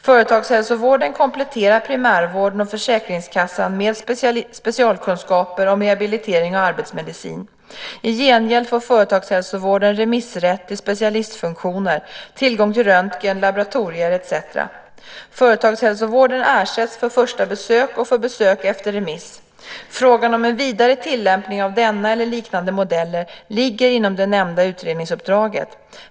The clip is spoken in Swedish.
Företagshälsovården kompletterar primärvården och försäkringskassan med specialkunskaper om rehabilitering och arbetsmedicin. I gengäld får företagshälsovården remissrätt till specialistfunktioner, tillgång till röntgen, laboratorier etcetera. Företagshälsovården ersätts för första besök och för besök efter remiss. Frågan om en vidare tillämpning av denna eller liknande modeller ligger inom det nämnda utredningsuppdraget.